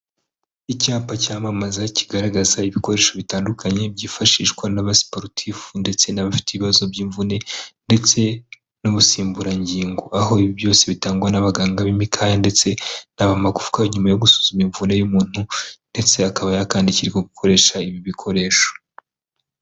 Icyapa cyamamaza kigaragaza ibikoresho bitandukanye, byifashishwa n'abasiporotifu ndetse n'abafite ibibazo by'imvune ndetse n'ubusimburangingo, aho ibi byose bitangwa n'abaganga b'imikaya ndetse n'amagufwa, nyuma yo gusuzuma imvune y'umuntu ndetse akaba yakandikirwa gukoresha ibi bikoresho.